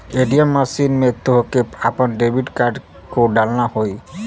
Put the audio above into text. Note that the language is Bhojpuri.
ए.टी.एम मशीन में तोहके आपन डेबिट कार्ड को डालना होई